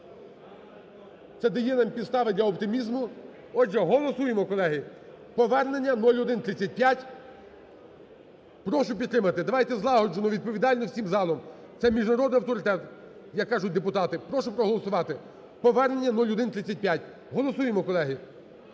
Це дає нам підстави для оптимізму. Отже, голосуємо, колеги, повернення 0135. Прошу підтримати. Давайте злагоджено і відповідально всім залом. Це міжнародний авторитет, як кажуть депутати. Прошу проголосувати повернення 0135. Голосуємо, колеги.